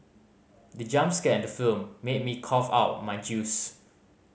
the jump scare in the film made me cough out my juice